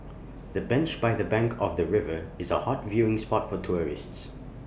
the bench by the bank of the river is A hot viewing spot for tourists